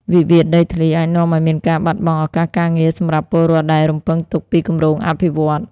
វិវាទដីធ្លីអាចនាំឱ្យមានការបាត់បង់ឱកាសការងារ សម្រាប់ពលរដ្ឋដែលរំពឹងទុកពីគម្រោងអភិវឌ្ឍន៍។